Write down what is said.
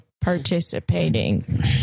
participating